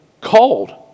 called